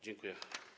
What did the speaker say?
Dziękuję.